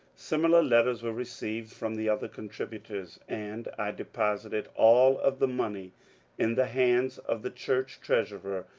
similiar letters were received from the other contributors, and i deposited all of the money in the hands of the church treasurer,